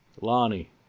Lonnie